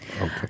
Okay